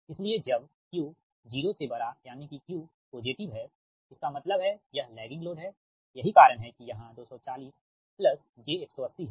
इसलिए जब Q 0 यानि कि Q पॉजिटिव है इसका मतलब है यह लैगिंग लोड है यही कारण है कि यहां 240 j 180 है